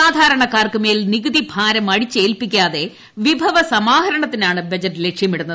സാധാരണക്കാർക്കുമേൽ നികുതി ഭാരം അടിച്ചേൽപ്പിക്കാതെ വിഭവ സമാഹരണത്തിനാണ് ബജറ്റ് ലക്ഷ്യമിടുന്നത്